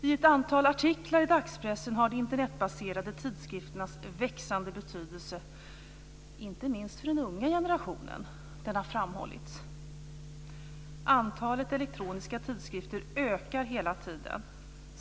I ett antal artiklar i dagspressen har de Internetbaserade tidskrifternas växande betydelse inte minst för den unga generationen framhållits. Antalet elektroniska tidskrifter ökar hela tiden.